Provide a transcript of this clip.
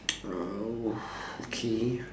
okay